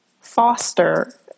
foster